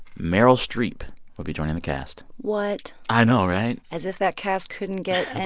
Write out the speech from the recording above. meryl streep will be joining the cast what? i know, right? as if that cast couldn't get and